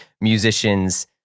musicians